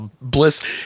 Bliss